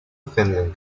finland